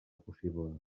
possible